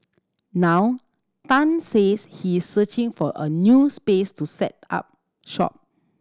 now Tan says he is searching for a new space to set up shop